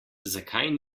zakaj